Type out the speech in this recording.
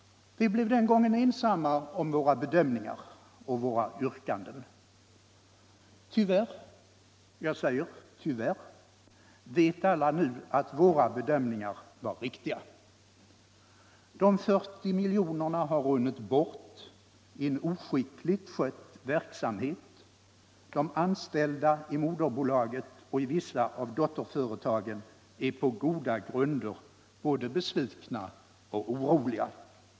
Vi blev den gången ensamma om våra bedömningar och yrkanden. Tyvärr — ja, jag säger tyvärr — vet alla nu att våra bedömningar var riktiga. De 40 miljonerna har runnit bort i en oskickligt skött verksamhet. De anställda i moderbolaget och i vissa av dotterföretagen är på goda grunder besvikna och oroliga.